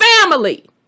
family